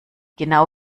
genau